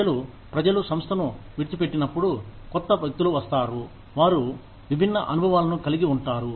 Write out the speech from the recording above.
ప్రజలు ప్రజలు సంస్థను విడిచిపెట్టినప్పుడు కొత్త వ్యక్తులు వస్తారు వారు విభిన్న అనుభవాలను కలిగి ఉంటారు